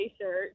shirt